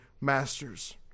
masters